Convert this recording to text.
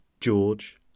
George